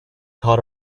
caught